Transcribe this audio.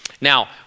Now